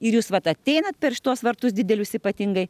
ir jūs vat ateinat per šituos vertus didelius ypatingai